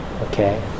Okay